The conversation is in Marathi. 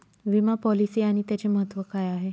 विमा पॉलिसी आणि त्याचे महत्व काय आहे?